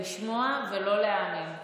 לשמוע ולא להאמין.